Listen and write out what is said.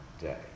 day